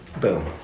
Boom